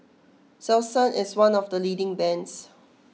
Selsun is one of the leading bands